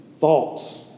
thoughts